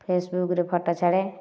ଫେସବୁକରେ ଫଟୋ ଛାଡ଼େ